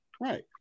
Right